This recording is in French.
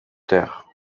terre